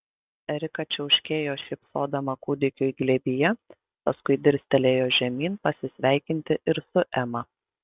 erika čiauškėjo šypsodama kūdikiui glėbyje paskui dirstelėjo žemyn pasisveikinti ir su ema